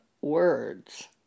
words